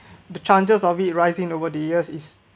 the chances of it rising over the years is